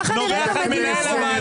אתה יכול לתת דוגמה?